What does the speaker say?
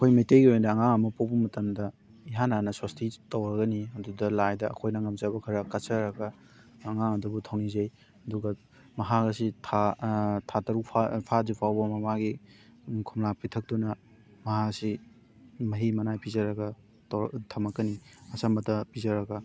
ꯑꯩꯈꯣꯏ ꯃꯩꯇꯩꯒꯤ ꯑꯣꯏꯅ ꯑꯉꯥꯡ ꯑꯃ ꯄꯣꯛꯄ ꯃꯇꯝꯗ ꯏꯍꯥꯟ ꯍꯥꯟꯅ ꯁꯣꯁꯇꯤ ꯇꯧꯔꯒꯅꯤ ꯑꯗꯨꯗ ꯂꯥꯏꯗ ꯑꯩꯈꯣꯏꯅ ꯉꯝꯖꯕ ꯈꯔ ꯀꯠꯆꯔꯒ ꯑꯉꯥꯡ ꯑꯗꯨꯕꯨ ꯊꯧꯅꯤꯖꯩ ꯑꯗꯨꯒ ꯃꯍꯥꯛ ꯑꯁꯤ ꯊꯥ ꯊꯥ ꯇꯔꯨꯛ ꯐꯥꯗ꯭ꯔꯤ ꯐꯥꯎꯕ ꯃꯃꯥꯒꯤ ꯈꯣꯝꯂꯥꯡ ꯄꯤꯊꯛꯇꯨꯅ ꯃꯍꯥꯛ ꯑꯁꯤ ꯃꯍꯤ ꯃꯅꯥꯏ ꯄꯤꯖꯔꯒ ꯊꯝꯃꯛꯀꯅꯤ ꯑꯆꯝꯕꯇ ꯄꯤꯖꯔꯒ